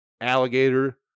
alligator